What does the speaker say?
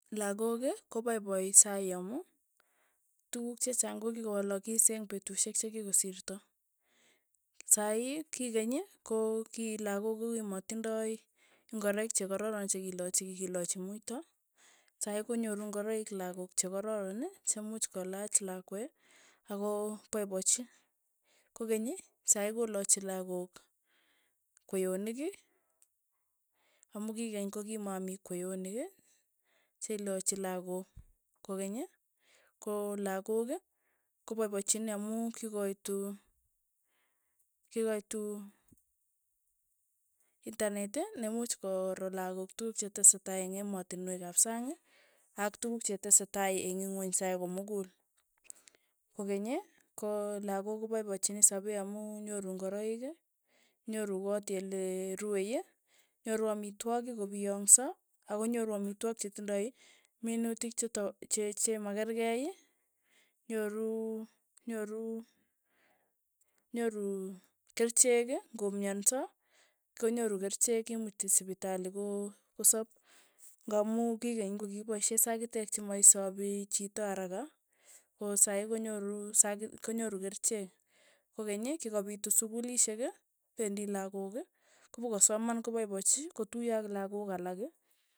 Lakok ko paipoi saii amu tukuk chechang ko kikowalakis eng' petushek chekikosito, sai kikeny ko kilakok kokimatindai ngoroik chekararon chekilochi kikilochi muito, saii konyoru ngoroik lakok che kororon che muuch kolach lakwe ako paipachi. kokeny saii kolachi lakok kweyonik amu keny kokimamii kweyonik che ilachi lakok, kokeny ko lakok kopaipachini amu kikoitu kikoitu intanet nemuch koro lakok tuku chetesetai eng' ematinwek ap sang, ak tukuk chetesetai eng' ingweny sai komukul, kokeny ko lakok ko paipachini sapee amu nyoru ngororoik, nyoru koot olerue, nyoru amitwogik kopiangso, akonyoru amitwogik chetindoi minutik cheto che chemakerkei, nyoru nyoru nyoru kerichek ng'o myanso, konyoru kerichek kimuti sipitali, ko- kosap, ng'amu ki keny kokikipaishe sakitek chi maisapi chito araka, ko saii konyoru sak konyoru kerichek, kokeny, kikopitu sukulishek pendi lakok pikosoman kopaipachi kotuyo ak lakok alak.